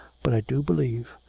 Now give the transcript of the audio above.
but i do believe.